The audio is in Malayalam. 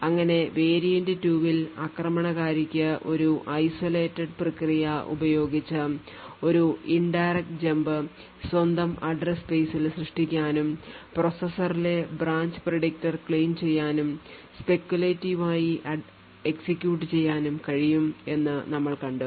അങ്ങനെ വേരിയൻറ് 2 ൽ ആക്രമണകാരിക്ക് ഒരു isolated പ്രക്രിയ ഉപയോഗിച്ച് ഒരു indirect jump സ്വന്തം address space ൽ സൃഷ്ടിക്കാനും പ്രോസസ്സറിലെ ബ്രാഞ്ച് predictor clean ചെയ്യാനും speculative ആയി execute ചെയ്യാനും കഴിയും എന്ന് നമ്മൾ കണ്ടു